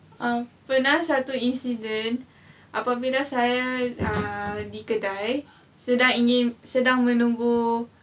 err pernah satu incident apabila saya di kedai sedang ingin sedang menunggu